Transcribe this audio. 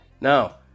Now